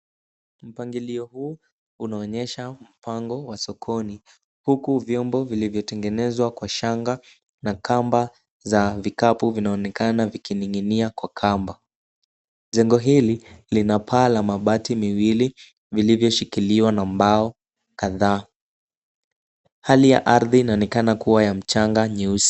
Mpangilio huu unaonyesha mpango wa sokoni, huku vyombo vilivyotengenezwa kwa shanga na kamba za vikapu vinaonekana vikining'inia kwa kamba. Jengo hili lina paa la mabati miwili vilivyoshikiliwa na mbao kadhaa. Hali ya ardhi inaonekana kuwa ya mchanga nyeusi.